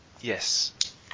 Yes